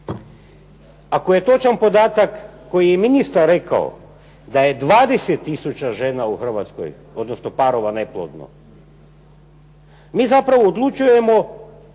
Ako je točan podatak koji je ministar rekao da je 20 tisuća žena u Hrvatskoj odnosno parova neplodno, mi zapravo odlučujemo